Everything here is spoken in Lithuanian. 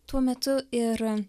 tuo metu ir